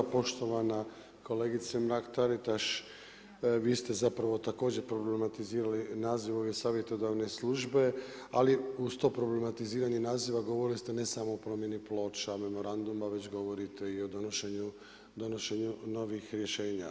Poštovana kolegice Mrak Taritaš, vi ste zapravo također problematizirali naziv ovih savjetodavne službe, ali uz to problematiziranje naziva govorili ste ne samo o promjeni ploča, memoranduma, već govorite i o donošenju novih rješenja.